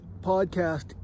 podcast